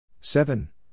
Seven